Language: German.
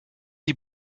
sie